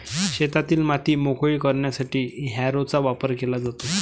शेतातील माती मोकळी करण्यासाठी हॅरोचा वापर केला जातो